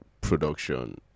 production